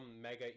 mega